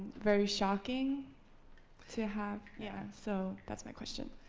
very shocking to have. yeah so that's my question.